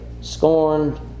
Scorned